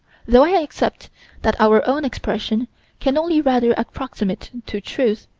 though i accept that our own expression can only rather approximate to truth,